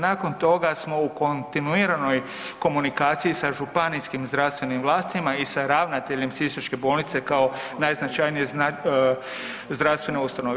Nakon toga smo u kontinuiranoj komunikaciji sa županijskim zdravstvenim vlastima i sa ravnateljem sisačke bolnice kao najznačajnije ustanove.